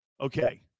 Okay